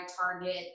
Target